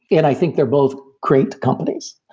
and i think they're both great companies.